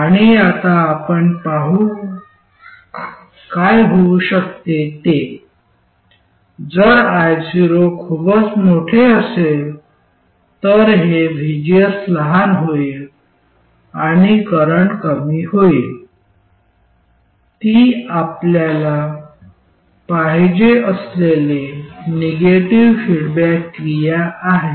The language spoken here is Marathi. आणि आता आपण पाहू काय होऊ शकते ते जर io खूपच मोठे असेल तर हे vgs लहान होईल आणि करंट कमी होईल ती आपल्याला पाहिजे असलेली निगेटिव्ह फीडबॅक क्रिया आहे